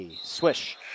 swish